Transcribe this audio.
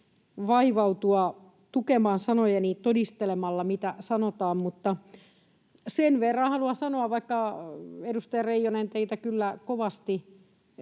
vaivautua tukemaan sanojani todistelemalla, mitä sanotaan, mutta sen verran haluan sanoa — vaikka, edustaja Reijonen, teistä kyllä